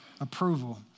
Approval